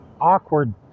awkward